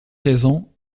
raison